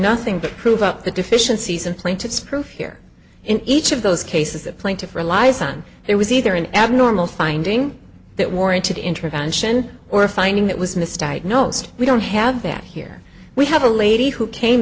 nothing but prove out the deficiencies and plaintiff's proof here in each of those cases the plaintiff relies on it was either an abnormal finding that warranted intervention or a finding that was mis diagnosed we don't have that here we have a lady who came